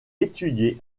étudier